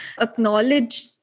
acknowledge